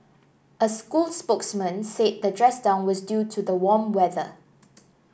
a school spokesman said the dress down was due to the warm weather